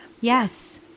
Yes